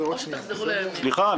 סליחה,